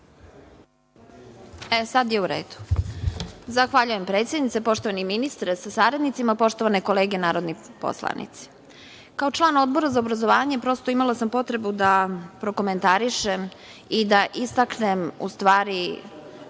Sad je u redu. Zahvaljujem, predsednice. Poštovani ministre sa saradnicima, poštovane kolege narodni poslanici, kao član Odbora za obrazovanje prosto sam imala potrebu da prokomentarišem i da istaknem u stvari